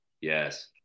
Yes